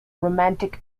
romantic